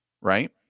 right